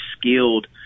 skilled